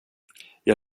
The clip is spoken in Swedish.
jag